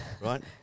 right